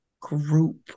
group